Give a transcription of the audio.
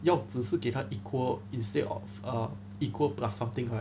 要只是给他 equal instead of uh equal plus something right